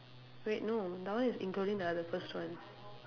wait no now is including the other first one